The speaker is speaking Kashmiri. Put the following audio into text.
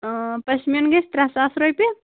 پشمیٖن گژھِ ترٛےٚ ساس رۄپیہِ